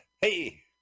Hey